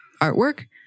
artwork